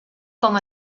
com